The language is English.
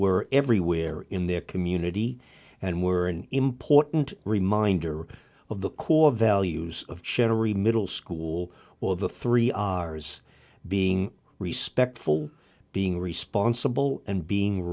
were everywhere in their community and were an important reminder of the core values of generally middle school or the three r s being respectful being responsible and being